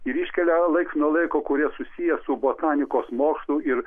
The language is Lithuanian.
ir iškelia laiks nuo laiko kurie susiję su botanikos mokslų ir